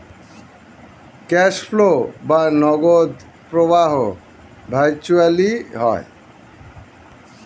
cash flow বা নগদ প্রবাহ ভার্চুয়ালি হয়